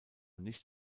nicht